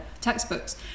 textbooks